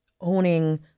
owning